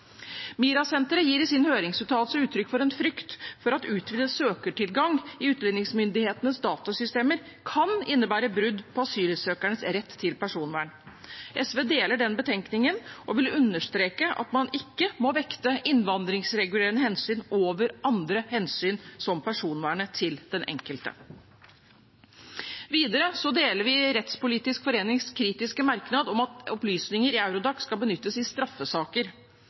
MiRA-senteret gir i sin høringsuttalelse uttrykk for en frykt for at utvidet søketilgang i utlendingsmyndighetenes datasystemer kan innebære brudd på asylsøkerens rett til personvern. SV deler den betenkningen og vil understreke at man ikke må vekte innvandringsregulerende hensyn over andre hensyn, som personvernet til den enkelte. Videre deler vi Rettspolitisk forenings kritiske merknad om at opplysniger i i Eurodax skal benyttes i straffesaker.